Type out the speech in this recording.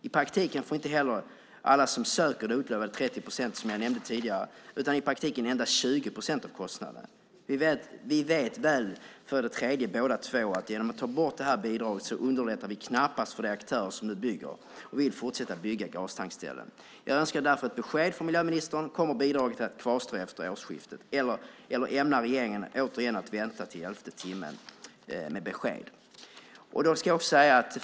I praktiken får inte heller alla som söker bidrag de utlovade 30 procenten, som jag nämnde tidigare, utan i praktiken bidrag för endast 20 procent av kostnaden. Vi vet, för det tredje, att genom att ta bort bidraget underlättar vi knappast för de aktörer som nu bygger och vill fortsätta att bygga gastankställen. Jag önskar därför ett besked från miljöministern. Kommer bidraget att kvarstå efter årsskiftet eller ämnar regeringen återigen att vänta till elfte timmen med besked?